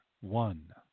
One